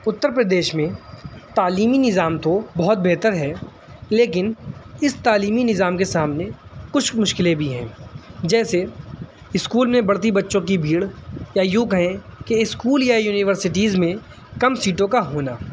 اترپردیش میں تعلیمی نظام تو بہت بہتر ہے لیکن اس تعلیمی نظام کے سامنے کچھ مشکلیں بھی ہیں جیسے اسکول میں بڑھتی بچوں کی بھیڑ یا یوں کہیں کہ اسکول یا یونیورسٹیز میں کم سیٹوں کا ہونا